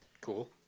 cool